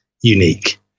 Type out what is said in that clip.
unique